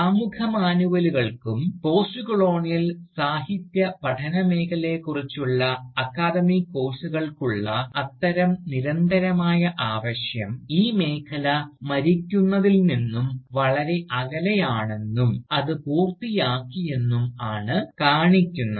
ആമുഖ മാനുവലുകൾക്കും പോസ്റ്റ്കൊളോണിയൽ സാഹിത്യപഠനങ്ങളെക്കുറിച്ചുള്ള അക്കാദമിക് കോഴ്സുകൾക്കുള്ള അത്തരം നിരന്തരമായ ആവശ്യം ഈ മേഖല മരിക്കുന്നതിൽ നിന്നും വളരെ അകലെയാണെന്നും അത് പൂർത്തിയാക്കിയെന്നും ആണ് കാണിക്കുന്നത്